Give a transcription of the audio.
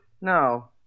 no